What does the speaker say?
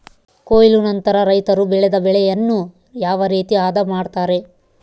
ಕೊಯ್ಲು ನಂತರ ರೈತರು ಬೆಳೆದ ಬೆಳೆಯನ್ನು ಯಾವ ರೇತಿ ಆದ ಮಾಡ್ತಾರೆ?